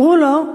אמרו לו: